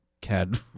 Cad